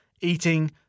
eating